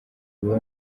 baba